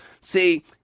See